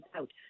out